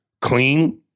clean